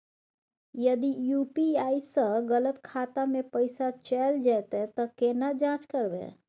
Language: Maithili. यदि यु.पी.आई स गलत खाता मे पैसा चैल जेतै त केना जाँच करबे?